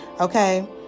okay